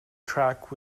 track